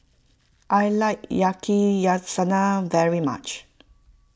I like Yakizakana very much